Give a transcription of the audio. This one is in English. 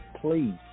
please